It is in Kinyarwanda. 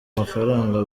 mafaranga